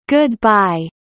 Goodbye